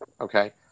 okay